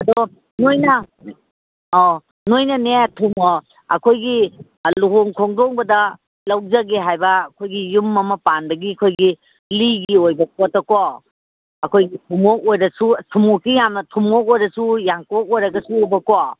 ꯑꯗꯣ ꯅꯣꯏꯅ ꯑꯧ ꯅꯣꯏꯅꯅꯦ ꯑꯩꯈꯣꯏꯒꯤ ꯂꯨꯍꯣꯡ ꯈꯣꯡꯗꯣꯡꯕꯗ ꯂꯧꯖꯒꯦ ꯍꯥꯏꯕ ꯑꯩꯈꯣꯏꯒꯤ ꯌꯨꯝ ꯑꯃ ꯄꯥꯟꯕꯒꯤ ꯑꯩꯈꯣꯏꯒꯤ ꯂꯤꯒꯤ ꯑꯣꯏꯕ ꯄꯣꯠꯇꯀꯣ ꯑꯩꯈꯣꯏꯒꯤ ꯊꯨꯝꯃꯣꯛ ꯑꯣꯏꯔꯁꯨ ꯊꯨꯝꯃꯣꯛꯁꯦ ꯌꯥꯝꯅ ꯊꯨꯝꯃꯣꯛ ꯑꯣꯏꯔꯁꯨ ꯌꯥꯡꯀꯣꯛ ꯑꯣꯏꯔꯒꯁꯨꯕꯀꯣ